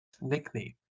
nickname